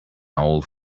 old